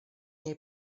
ней